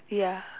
ya